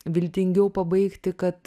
viltingiau pabaigti kad